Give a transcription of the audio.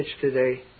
today